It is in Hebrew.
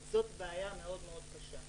כשבעל הבית הולך,